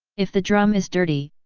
if the drum is dirty,